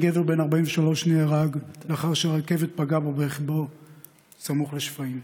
גבר בן 43 נהרג לאחר שרכבת פגעה ברכבו סמוך לשפיים.